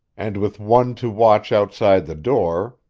and with one to watch outside the door,